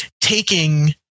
taking